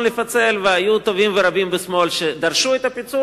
לפצל והיו טובים ורבים בשמאל שדרשו את הפיצול.